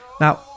Now